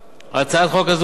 לפני שנחתם ההסכם,